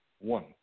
One